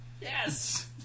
yes